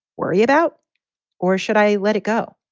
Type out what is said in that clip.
worry about or should i let it go?